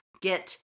get